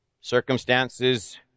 Circumstances